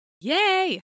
Yay